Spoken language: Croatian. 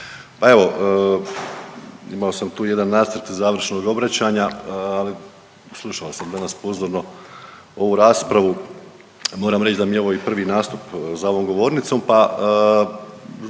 Pa evo imao sam tu jedan nacrt završnog obraćanja, ali slušao sam danas pozorno ovu raspravu, moram reći da mi je ovo i prvi nastup za ovom govornicom